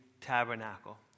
tabernacle